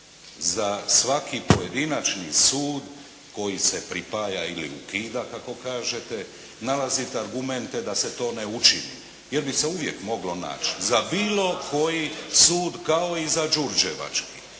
za svaki pojedinačni sud koji se pripaja ili ukida kako kažete nalazite argumente da se to ne učini jer bi se uvijek moglo naći za bilo koji sud kao i za đurđevački.